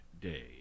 Day